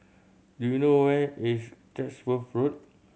do you know where is Chatsworth Road